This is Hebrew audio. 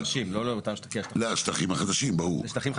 יש שטחים חדשים.